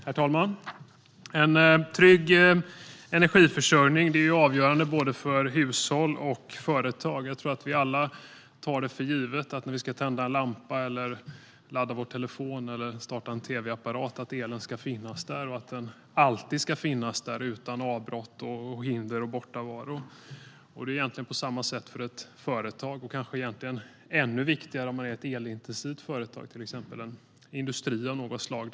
Herr talman! En trygg energiförsörjning är avgörande för både hushåll och företag. Jag tror att vi alla tar för givet att elen finns där när vi ska tända en lampa, ladda en telefon eller starta en tv-apparat - att den alltid finns där utan avbrott, hinder eller bortavaro. Det är på samma sätt för ett företag och kanske ännu viktigare för ett elintensivt företag, till exempel en industri av något slag.